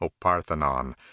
Oparthenon